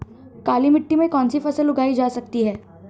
काली मिट्टी में कौनसी फसल उगाई जा सकती है?